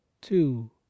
two